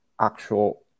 actual